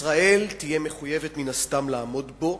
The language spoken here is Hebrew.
ישראל תהיה מחויבת מן הסתם לעמוד בו,